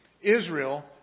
Israel